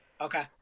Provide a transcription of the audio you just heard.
Okay